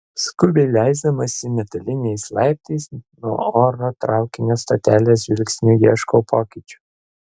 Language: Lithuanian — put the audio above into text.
skubiai leisdamasi metaliniais laiptais nuo oro traukinio stotelės žvilgsniu ieškau pokyčių